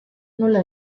nola